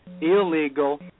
illegal